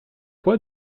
quoi